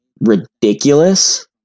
ridiculous